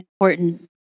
important